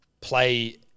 play